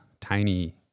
tiny